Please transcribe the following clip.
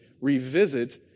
revisit